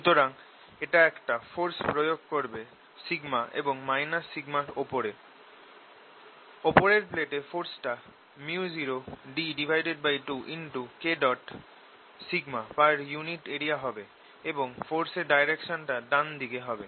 সুতরাং এটা একটা ফোরস প্রয়োগ করবে σ এবং -σ র ওপর ওপরের প্লেটে ফোরস টা µ0 d2K পার ইউনিট এরিয়া হবে এবং ফরস এর ডাইরেকশন টা ডান দিকে হবে